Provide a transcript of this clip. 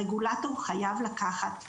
הרגולטור חייב לקחת צעד,